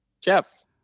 Jeff